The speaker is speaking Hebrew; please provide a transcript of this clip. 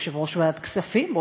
יושב-ראש ועדת כספים,